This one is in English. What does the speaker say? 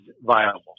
viable